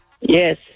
Yes